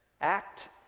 Act